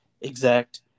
exact